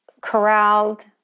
corralled